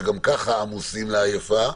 שגם כך עמוסים לעייפה,